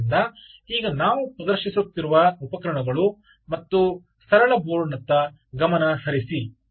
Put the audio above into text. ಆದ್ದರಿಂದ ಈಗ ನಾವು ಪ್ರದರ್ಶಿಸುವ ಉಪಕರಣಗಳು ಮತ್ತು ಸರಳ ಬೋರ್ಡ್ ನತ್ತ ಗಮನ ಹರಿಸಿ